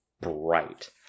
bright